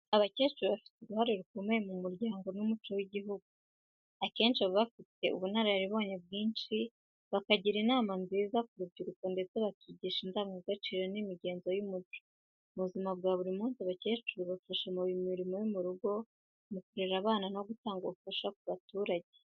Abakecuru bafite uruhare rukomeye mu muryango n’umuco w’igihugu. Akenshi baba bafite ubunararibonye bwinshi, bakagira inama nziza ku rubyiruko ndetse bakigisha indangagaciro n’imigenzo y’umuco. Mu buzima bwa buri munsi, abakecuru bafasha mu mirimo yo mu rugo, mu kurera abana no gutanga ubufasha ku baturage.